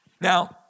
Now